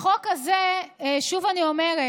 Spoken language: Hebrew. החוק הזה, שוב אני אומרת,